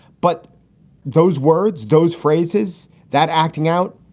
but those words, those phrases that acting out,